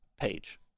page